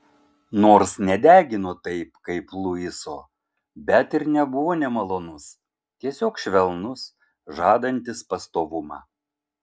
nors nedegino taip kaip luiso bet ir nebuvo nemalonus tiesiog švelnus žadantis pastovumą